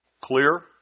clear